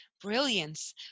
brilliance